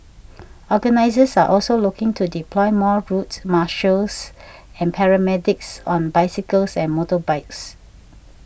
organisers are also looking to deploy more route marshals and paramedics on bicycles and motorbikes